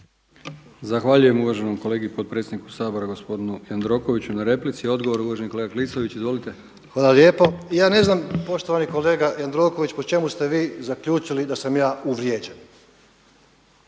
Zahvaljujem kolegi potpredsjedniku Saboru gospodinu Jandrokoviću na replici. Odgovor uvaženi kolega Klisović. Izvolite. **Klisović, Joško (SDP)** Hvala lijepo. Ja ne znam poštovani kolega Jandroković po čemu ste vi zaključili da sam ja uvrijeđen?